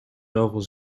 zoveel